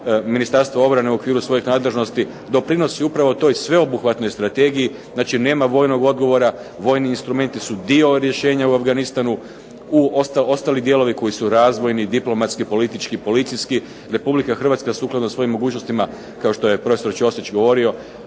Ministarstvo obrane u okviru svojih nadležnosti doprinosi upravo toj sveobuhvatnoj strategiji. Znači, nema vojnog odgovora, vojni instrumenti su dio rješenja u Afganistanu. Ostali dijelovi koji su razvojni, diplomatski, politički, policijski Republika Hrvatska sukladno svojim mogućnostima kao što je profesor Ćosić govorio